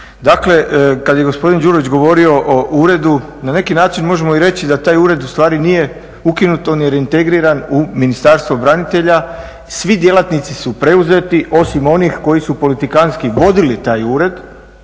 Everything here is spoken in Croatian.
Dakle kad je gospodin Đurović govorio o uredu, na neki način možemo i reći da taj ured ustvari nije ukinut, on je reintegriran u Ministarstvo branitelja i svi djelatnici su preuzeti osim onih koji su politikantski vodili taj ured.